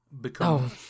become